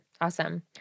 Awesome